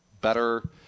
Better